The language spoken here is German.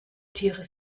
tiere